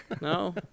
No